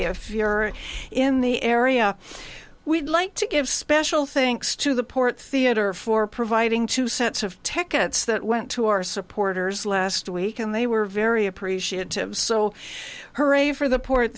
if you are in the area we'd like to give special thinks to the port theatre for providing two sets of tech it's that went to our supporters last week and they were very appreciative so hurry for the port